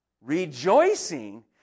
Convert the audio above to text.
Rejoicing